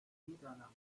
میدانم